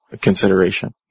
consideration